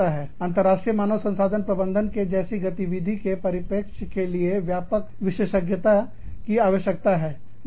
अंतर्राष्ट्रीय मानव संसाधन प्रबंधन के जैसी गतिविधि के परिप्रेक्ष्य के लिए व्यापक विशेषज्ञता की आवश्यकता है